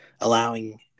allowing